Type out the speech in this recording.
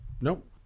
nope